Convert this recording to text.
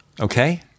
okay